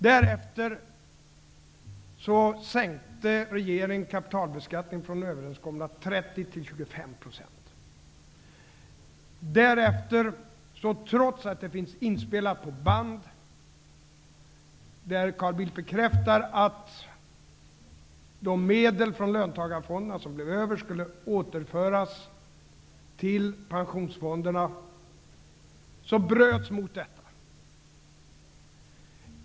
Därefter sänkte regeringen kapitalbeskattningen från överenskomna 30 % till 25 %. Trots att Carl Bildts bekräftelse av att de medel som blev över i löntagarfonderna skulle återföras till pensionsfonderna finns inspelad på brand bröt man detta löfte.